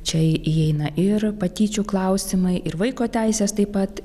čia įeina ir patyčių klausimai ir vaiko teisės taip pat